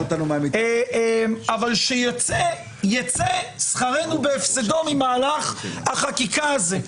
אבל שיצא שכרנו בהפסדו ממהלך החקיקה הזה.